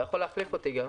אתה יכול להחליף אותי.